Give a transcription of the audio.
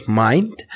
mind